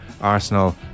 Arsenal